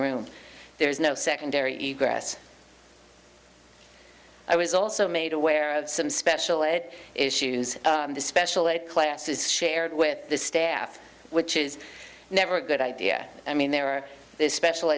room there is no secondary eat grass i was also made aware of some special ed issues in the special ed classes shared with the staff which is never a good idea i mean there are special